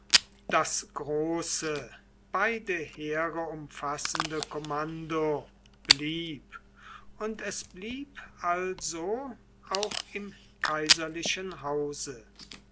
das große beide heere umfassende kommando blieb und es blieb also auch im kaiserlichen hause